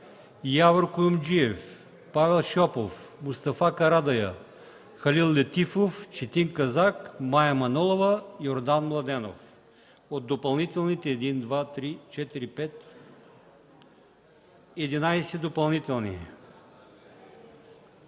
Явор Куюмджиев, Павел Шопов, Мустафа Карадайъ, Халил Летифов, Четин Казак, Мая Манолова и Йордан Младенов. Единадесет допълнителни.